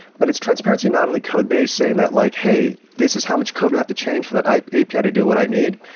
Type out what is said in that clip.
but it's transparency not on the codebase saying that like, hey, this is how much code we have to change for that api to do what i need.